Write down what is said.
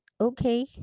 okay